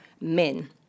Men